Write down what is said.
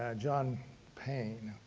ah john payne